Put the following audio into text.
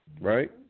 right